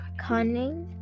Cunning